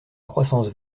croissance